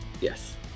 yes